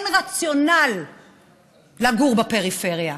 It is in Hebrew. אין רציונל לגור בפריפריה.